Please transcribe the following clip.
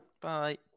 Bye